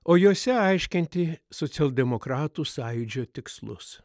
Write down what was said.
o jose aiškinti socialdemokratų sąjūdžio tikslus